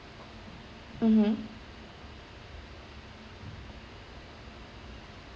mmhmm